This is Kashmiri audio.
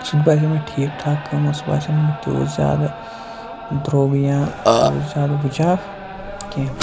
سُہ تہِ باسیو مےٚ ٹھیٖک ٹھاک قۭمَتھ سُہ باسیو نہٕ مےٚ تیوٗت زیادٕ درٛوٚگ یا تیوٗت زیادٕ وٕچاب کینٛہہ